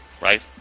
right